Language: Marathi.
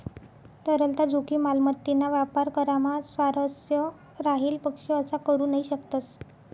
तरलता जोखीम, मालमत्तेना व्यापार करामा स्वारस्य राहेल पक्ष असा करू नही शकतस